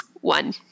one